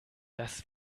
das